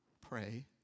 pray